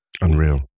Unreal